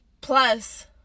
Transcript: plus